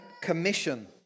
commission